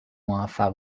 موفق